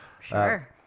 Sure